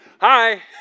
Hi